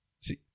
See